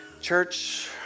Church